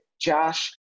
Josh